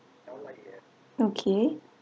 okay